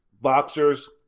boxers